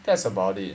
that's about it